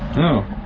no